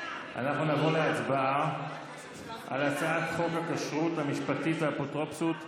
אנחנו נעבור להצבעה על הצעת חוק הכשרות המשפטית והאפוטרופסות (תיקון,